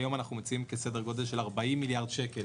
היום אנחנו מוציאים סדר גודל של 40 מיליארד שקל